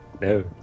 No